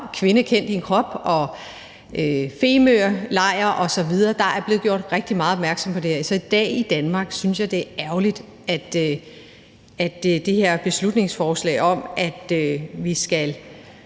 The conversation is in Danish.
»Kvinde kend din krop«, Femølejren osv. Der er blevet gjort rigtig meget opmærksom på det her, så i dag i Danmark synes jeg det er ærgerligt med det her beslutningsforslag om, at vi skal